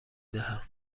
دهم